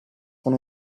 con